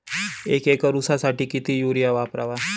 एक एकर ऊसासाठी किती युरिया वापरावा?